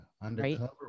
Undercover